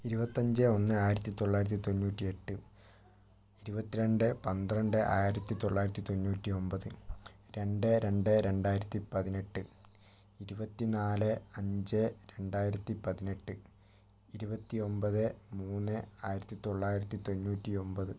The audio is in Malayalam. ഇരുപത്തഞ്ച് ഒന്ന് ആയിരത്തിത്തൊള്ളായിരത്തി തൊണ്ണൂറ്റി എട്ട് ഇരുപത്തി രണ്ട് പന്ത്രണ്ട് ആയിരത്തിത്തൊള്ളായിരത്തി തൊണ്ണൂറ്റി ഒമ്പത് രണ്ട് രണ്ട് രണ്ടായിരത്തിപ്പതിനെട്ട് ഇരുപത്തിനാല് അഞ്ച് രണ്ടായിരത്തിപ്പതിനെട്ട് ഇരുപത്തി ഒമ്പത് മൂന്ന് ആയിരത്തിത്തൊള്ളായിരത്തി തൊണ്ണൂറ്റി ഒമ്പത്